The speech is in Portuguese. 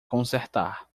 consertar